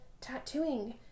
Tattooing